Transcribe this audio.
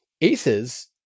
Aces